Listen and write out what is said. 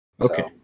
Okay